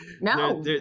No